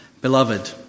Beloved